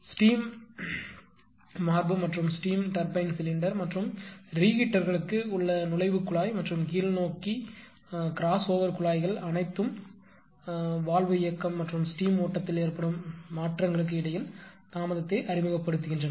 steam மார்பு மற்றும் steam turbine cylinder மற்றும் ரீஹீட்டர்களுக்கு உள்ள நுழைவு குழாய் மற்றும் கீழ்நோக்கி கிராஸ்ஓவர் குழாய்கள் அனைத்தும் வால்வு இயக்கம் மற்றும் ஸ்டீம் ஓட்டத்தில் ஏற்படும் மாற்றங்களுக்கு இடையில் தாமதத்தை அறிமுகப்படுத்துகின்றன